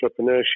entrepreneurship